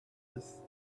dix